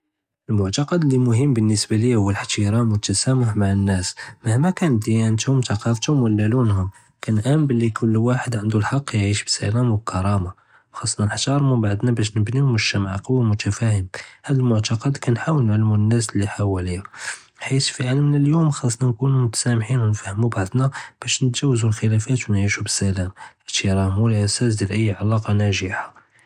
אלמעתכד אלמهم בלנסבה لیا הוא אלאהתרם ו אלתסאמה מע אלנאס مهما كانت דיאנתהם תקלפתהם ולא לונם כנעמן בלי קול ואחד ענדו אלחק ייעיש בסלאם ו כראמה ו חאסנא נחתרמו בעדנא באש נבניו מזת'ע קווי מתפאהם, הדא אלמעתכד כנהאול נעלמו לנאס לי ח'וואליה ביט' פי עלמנא אליום חאסנא נكونו מתסאמחין נפמהו בעדנא באש נטג'אוזו אלכלפאת ו ניעישו בסלאם, אלאהתרם הוא אלאסאס דיעל אי עלאקה נאגחה.